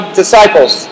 disciples